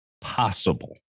possible